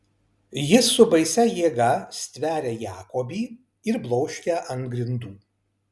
jis su baisia jėga stveria jakobį ir bloškia ant grindų